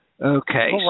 Okay